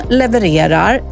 levererar